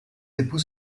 époux